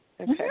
Okay